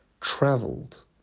traveled